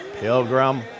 Pilgrim